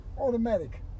Automatic